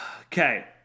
Okay